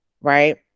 right